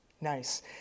Nice